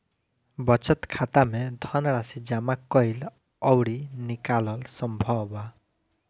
बचत खाता में धनराशि जामा कईल अउरी निकालल संभव बा